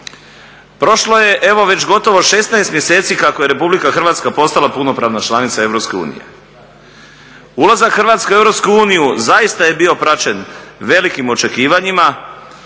Prošlo je evo već gotovo 16 mjeseci kako je RH postala punopravna članica EU. Ulazak Hrvatske u EU zaista je bio praćen velikim očekivanjima